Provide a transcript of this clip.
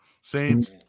Saints